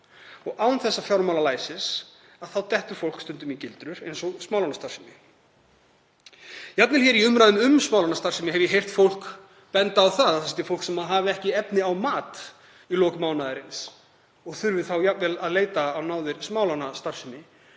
Án fjármálalæsis dettur fólk stundum í gildrur eins og smálánastarfsemi. Jafnvel hér í umræðum um smálánastarfsemi hef ég heyrt þingmenn benda á að til sé fólk sem ekki hafi efni á mat í lok mánaðarins og þurfi þá jafnvel að leita á náðir smálánastarfsemi.